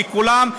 לכולם.